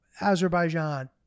Azerbaijan